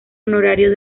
honorario